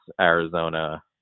Arizona